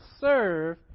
serve